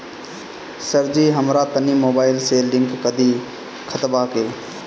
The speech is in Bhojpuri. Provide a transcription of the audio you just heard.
सरजी हमरा तनी मोबाइल से लिंक कदी खतबा के